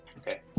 Okay